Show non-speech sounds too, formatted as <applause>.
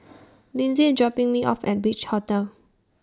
<noise> Linzy IS dropping Me off At Beach Hotel